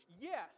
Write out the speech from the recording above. yes